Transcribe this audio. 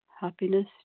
happiness